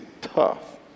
tough